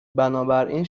بنابراین